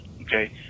okay